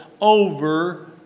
over